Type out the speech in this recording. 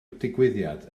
digwyddiad